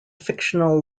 fictional